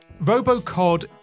Robocod